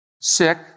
Sick